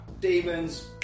Demons